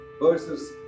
verses